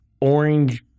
orange